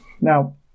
Now